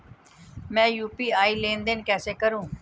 मैं यू.पी.आई लेनदेन कैसे करूँ?